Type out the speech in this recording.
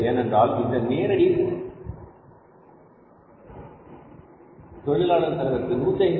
ஏனென்றால் இது நேரடி தொழிலாளர் செலவிற்கு 150